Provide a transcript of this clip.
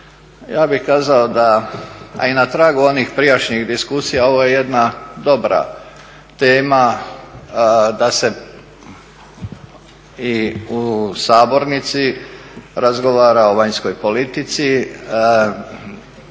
ja bih kazao da, a i na tragu onih prijašnjih diskusija, ovo je jedna dobra tema da se i u sabornici razgovara o vanjskoj politici.